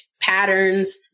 patterns